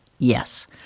Yes